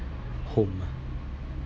home ah